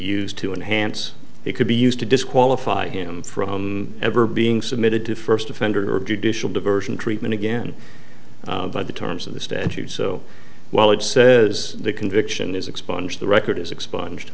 used to enhance it could be used to disqualify him from ever being submitted to first offender judicial diversion treatment again by the terms of the statute so while it says the conviction is expunged the record is expunged